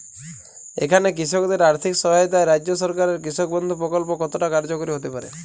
এখানে কৃষকদের আর্থিক সহায়তায় রাজ্য সরকারের কৃষক বন্ধু প্রক্ল্প কতটা কার্যকরী হতে পারে?